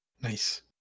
Nice